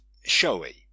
showy